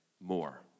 more